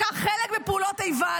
לקח חלק בפעולות איבה,